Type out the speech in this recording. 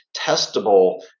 testable